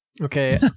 okay